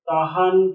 Tahan